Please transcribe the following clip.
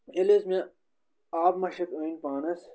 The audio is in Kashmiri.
ییٚلہِ حظ مےٚ آبہٕ مَشٕک أنۍ پانَس